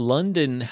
London